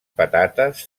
patates